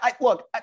look –